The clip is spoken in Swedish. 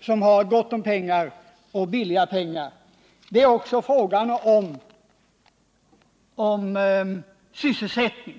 som har gott om pengar och billiga pengar. Det är också fråga om sysselsättning.